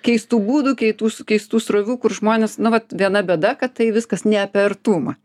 keistų būdų keitų keistų srovių kur žmonės na vat viena bėda kad tai viskas ne apie artumą